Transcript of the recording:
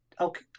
Okay